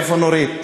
איפה נורית?